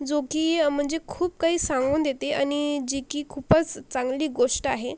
जो की म्हणजे खूप काही सांगून देते आणि जे की खूपच चांगली गोष्ट आहे